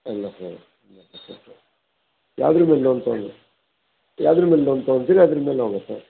ಇಲ್ಲ ಸರ್ ಇಲ್ಲ ಯಾವ್ದ್ರ ಮೇಲೆ ಲೋನ್ ತಗೊಂಡ್ ಯಾವ್ದ್ರ ಮೇಲೆ ಲೋನ್ ತಗೊಂತಿರಿ ಅದರ ಮೇಲೆ ಹೋಗುತ್ತೆ